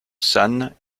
san